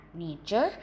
nature